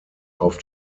auf